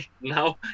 now